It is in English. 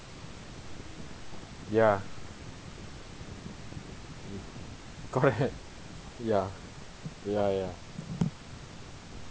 ya go ahead ya ya ya